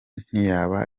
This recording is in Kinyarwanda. ntiyaba